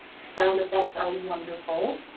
sound effects are wonderful.